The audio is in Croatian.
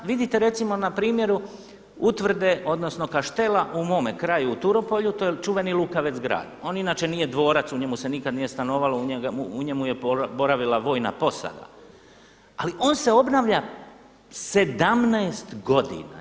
Vidite recimo na primjeru utvrde, odnosno kaštela u mome kraju u Turopolju to je čuveni Lukavec grad, on inče nije dvorac, u njemu se nikada nije stanovalo, u njemu je boravila vojna posada ali on se obnavlja 17 godina.